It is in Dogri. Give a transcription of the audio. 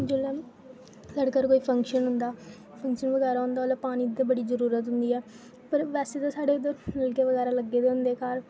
जेल्लै साढ़ै घर कोई फंक्शन होंदा फंक्शन बगैरा होंदा ओल्लै पानी दी बड़ी जरूरत होंदी ऐ पर वैसे ते साढ़े इद्धर नलके बगैरा लग्गे दे होंदे घर